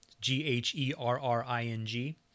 g-h-e-r-r-i-n-g